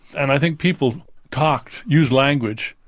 and i think people talked, used language,